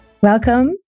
welcome